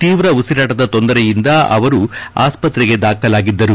ತೀವ್ರ ಉಸಿರಾಟದ ತೊಂದರೆಯಿಂದ ಅವರು ಆಸ್ಪತ್ರೆಗೆ ದಾಖಲಾಗಿದ್ದರು